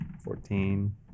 fourteen